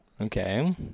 Okay